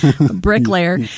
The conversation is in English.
bricklayer